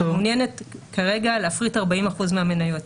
מעוניינת כרגע להפריט 40% מהמניות,